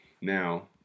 Now